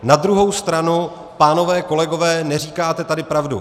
Na druhou stranu, pánové kolegové, neříkáte tady pravdu.